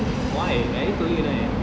why I already told you right